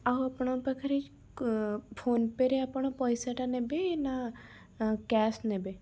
ଆଉ ଆପଣଙ୍କ ପାଖେରେ କଁ ଫୋନପେ ରେ ଆପଣ ପଇସାଟା ନେବେ ନା କ୍ୟାସ ନେବେ